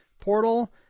portal